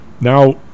now